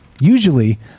usually